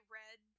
read